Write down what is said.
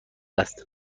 است